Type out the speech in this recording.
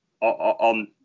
on